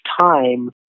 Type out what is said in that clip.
time